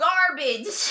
Garbage